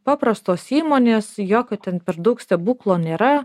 paprastos įmonės jokio ten per daug stebuklo nėra